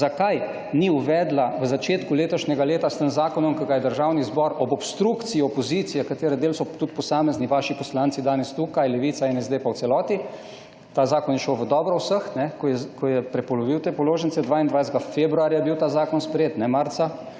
Zakaj ni uvedla v začetku letošnjega leta s tem zakonom, ki ga je Državni zbor ob obstrukciji opozicije, katere del so tudi posamezni vaši poslanci danes tukaj, Levica in SD pa v celoti, ta zakon je šel v dobro vseh, ko je prepolovil te položnice, 22. februarja je bil ta zakon sprejet, ne marca,